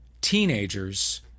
teenagers